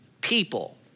people